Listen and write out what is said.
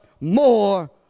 more